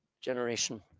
generation